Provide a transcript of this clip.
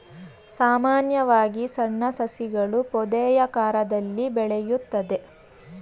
ಸಾಮಾನ್ಯವಾಗಿ ಸಣ್ಣ ಸಸಿಗಳು ಪೊದೆಯಾಕಾರದಲ್ಲಿ ಬೆಳೆಯುತ್ತದೆ